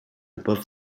above